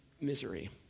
misery